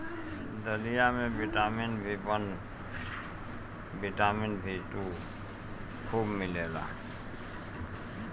दलिया में vitamin B one, vitamin B two खूब मिलेला